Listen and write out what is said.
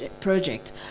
project